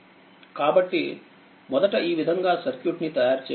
కాబట్టిమొదట ఈ విధంగా సర్క్యూట్ ని తయారు చేయండి